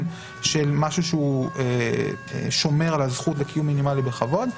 של משהו שהוא שומר על הזכות לקיום מינימלי בכבוד,